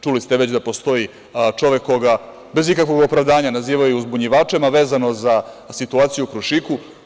Čuli ste da već postoji čovek koga bez ikakvog opravdanja nazivaju uzbunjivačem, a vezano za situaciju u „Krušiku“